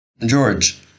george